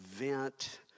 event